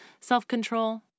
self-control